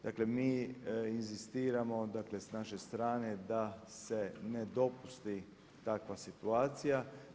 Dakle, mi inzistiramo, dakle sa naše strane da se ne dopusti takva situacija.